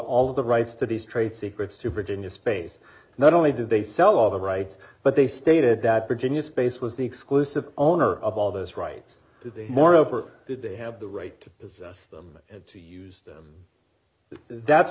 all the rights to these trade secrets to bridge into space not only do they sell all the rights but they stated that virginia space was the exclusive owner of all those rights to the moreover did they have the right to possess them and to use them that's